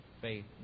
faith